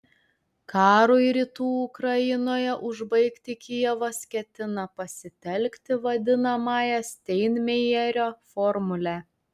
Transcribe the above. karui rytų ukrainoje užbaigti kijevas ketina pasitelkti vadinamąją steinmeierio formulę